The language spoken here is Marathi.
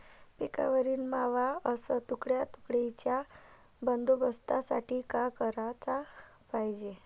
पिकावरील मावा अस तुडतुड्याइच्या बंदोबस्तासाठी का कराच पायजे?